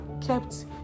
kept